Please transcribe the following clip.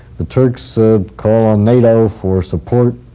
the turks ah call on nato for support.